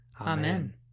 Amen